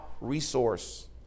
resource